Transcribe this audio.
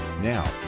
Now